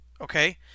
Okay